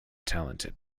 talented